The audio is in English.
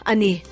Ani